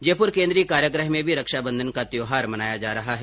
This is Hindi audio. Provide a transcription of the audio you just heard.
जयपुर केन्द्रीय कारागार में भी रक्षाबंधन का त्यौहार मनाया जा रहा है